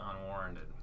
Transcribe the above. unwarranted